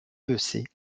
bessée